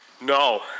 no